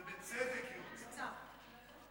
ובצדק היא רוצה.